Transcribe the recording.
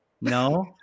No